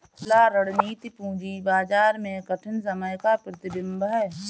दुबला रणनीति पूंजी बाजार में कठिन समय का प्रतिबिंब है